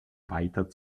weiter